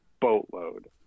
boatload